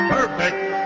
Perfect